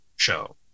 show